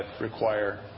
require